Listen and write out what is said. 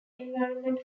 environment